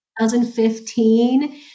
2015